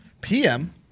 PM